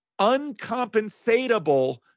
uncompensatable